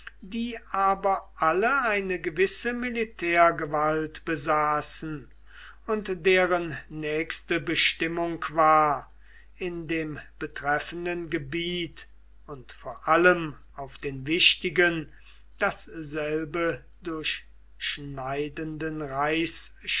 die aber alle eine gewisse militärgewalt besaßen und deren nächste bestimmung war in dem betreffenden gebiet und vor allem auf den wichtigen dasselbe durchschneidenden